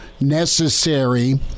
necessary